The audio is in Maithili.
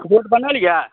रोड बनल यऽ